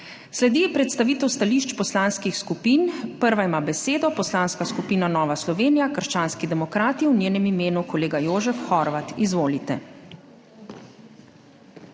Sledi predstavitev stališč poslanskih skupin. Prva ima besedo Poslanska skupina Nova Slovenija – krščanski demokrati, v njenem imenu kolega Jožef Horvat. Izvolite.